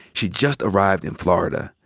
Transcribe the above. she'd just arrived in florida,